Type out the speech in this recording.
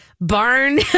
barn